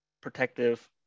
protective